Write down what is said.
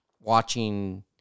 watching